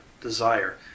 desire